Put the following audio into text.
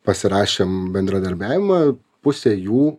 pasirašėm bendradarbiavimą pusė jų